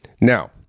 Now